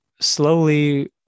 slowly